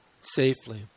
safely